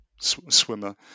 swimmer